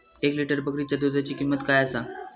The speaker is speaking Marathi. एक लिटर बकरीच्या दुधाची किंमत काय आसा?